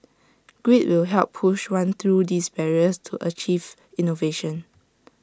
grit will help push one through these barriers to achieve innovation